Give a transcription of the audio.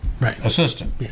assistant